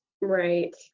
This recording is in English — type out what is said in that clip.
Right